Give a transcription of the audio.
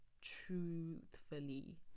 truthfully